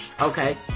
Okay